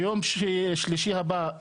ביום שלישי הבא,